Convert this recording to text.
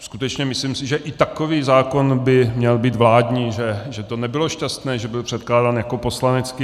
Skutečně si myslím, že i takový zákon by měl být vládní, že to nebylo šťastné, že byl předkládán jako poslanecký.